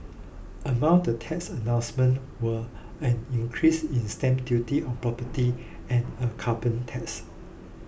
among the tax announcements were an increase in stamp duty on property and a carbon tax